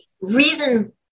reason